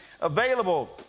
Available